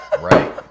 Right